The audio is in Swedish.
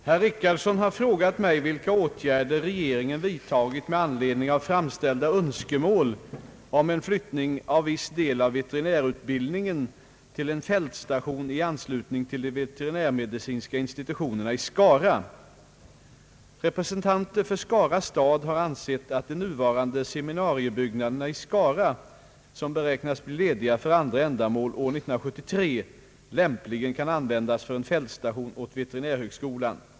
Herr Richardson har frågat mig vilka åtgärder regeringen vidtagit med anledning av framställda önskemål om en flyttning av viss del av veterinärutbildningen till en fältstation Representanter för Skara stad har ansett att de nuvarande seminariebyggnaderna i Skara, som beräknas bli lediga för andra ändamål år 1973, lämpligen kan användas för en fältstation åt veterinärhögskolan.